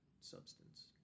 substance